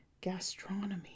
gastronomy